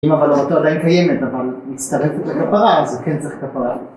‫אם אבל האות עדיין קיימת, ‫אבל מצטרפת לכפרה, ‫אז זה כן צריך כפרה.